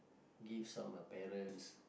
give some your parents